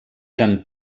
eren